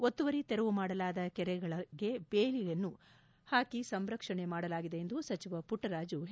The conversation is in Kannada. ಒತ್ತುವರಿ ತೆರವು ಮಾಡಲಾದ ಕೆರೆಗಳಿಗೆ ಬೇಲಿಯನ್ನು ಹಾಕಿ ಸಂರಕ್ಷಣೆ ಮಾಡಲಾಗಿದೆ ಎಂದು ಸಚಿವ ಪುಟ್ಲರಾಜು ಹೇಳಿದರು